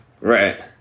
Right